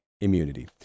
immunity